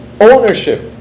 Ownership